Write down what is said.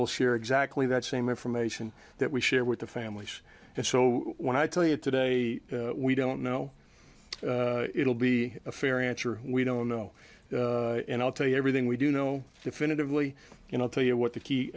we'll share exactly that same information that we share with the families and so when i tell you today we don't know it will be a fair answer we don't know and i'll tell you everything we do know definitively you know tell you what the key